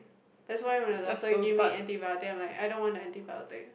that's why when the doctor give me antibiotic I'm like I don't want antibiotic